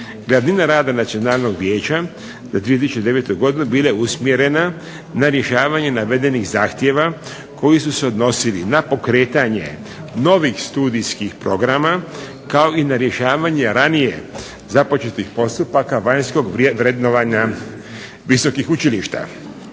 glavnina rada Nacionalnog vijeća za 2009. godinu bila je usmjerena na rješavanje navedenih zahtjeva koji su se odnosili na pokretanje novih studijskih programa, kao i na rješavanje ranije započetih postupaka vanjskog vrednovanja visokih učilišta.